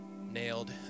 nailed